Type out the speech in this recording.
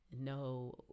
no